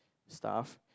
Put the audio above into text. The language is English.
stuff